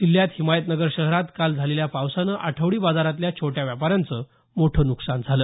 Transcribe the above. जिल्ह्यात हिमायतनगर शहरात काल झालेल्या पावसामुळे आठवडी बाजारातल्या छोट्या व्यापाऱ्यांचं मोठ नुकसान झालं